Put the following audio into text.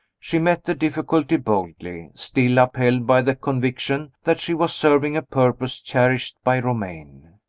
she met the difficulty boldly, still upheld by the conviction that she was serving a purpose cherished by romayne.